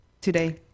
today